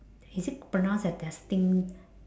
is it pronounced as destined